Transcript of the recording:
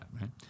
right